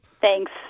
Thanks